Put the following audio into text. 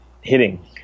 hitting